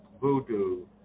Voodoo